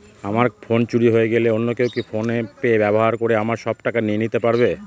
আমার ফোন চুরি হয়ে গেলে অন্য কেউ কি ফোন পে ব্যবহার করে আমার সব টাকা নিয়ে নিতে পারবে?